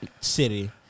city